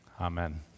Amen